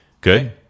Good